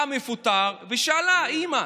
אתה מפוטר", ושאלה: אימא,